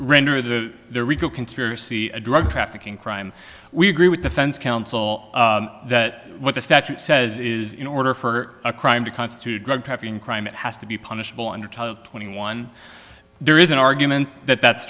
renderer the conspiracy a drug trafficking crime we agree with defense counsel that what the statute says is in order for a crime to constitute drug trafficking crime it has to be punishable under twenty one there is an argument that that's